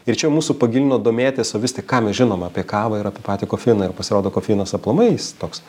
ir čia mūsų pagilino domėtis o vis tik ką mes žinom apie kavą ir apie patį kofeiną ir pasirodo kofeinas aplamai jis toks